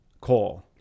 Coal